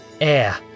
Air